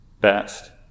best